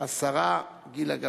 תשיב על כולן השרה גילה גמליאל.